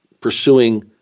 pursuing